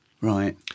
Right